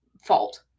fault